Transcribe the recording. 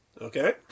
Okay